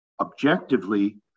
objectively